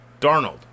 Darnold